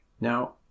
Now